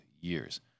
years